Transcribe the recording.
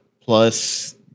Plus